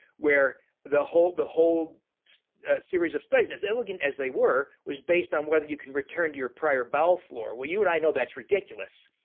where the whole the whole series of studies, as elegant as they were, was based on whether you can return to your prior bowel flora, well you and i know that's ridiculous.